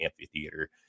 amphitheater